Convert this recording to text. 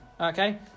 Okay